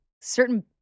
certain